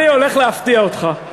אני הולך להפתיע אותך.